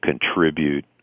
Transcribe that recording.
contribute